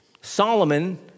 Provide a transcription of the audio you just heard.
Solomon